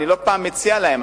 אני לא פעם מציע להם,